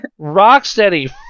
Rocksteady